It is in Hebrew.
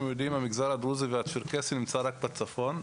אתם יודעים המגזר הדרוזי והצ'רקסי נמצא רק בצפון,